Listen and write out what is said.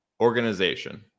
organization